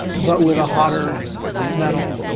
but with a hotter metal.